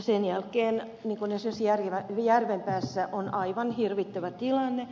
sen jälkeen niin kuin esimerkiksi järvenpäässä on aivan hirvittävä tilanne